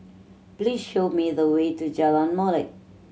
please show me the way to Jalan Molek